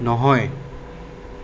নহয়